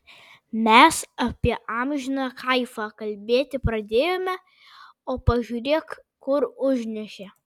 mes apie amžiną kaifą kalbėti pradėjome o pažiūrėk kur užnešė